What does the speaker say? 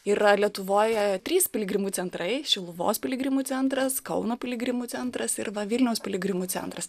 yra lietuvoje trys piligrimų centrai šiluvos piligrimų centras kauno piligrimų centras ir va vilniaus piligrimų centras